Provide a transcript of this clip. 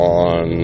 on